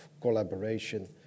collaboration